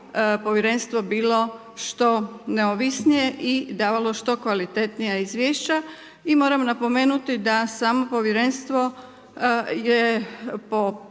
bilo što neovisnije i davalo što kvalitetnija izvješća i moramo napomenuti da samo povjerenstvo je po